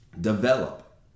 develop